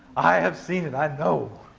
i have seen it, i know.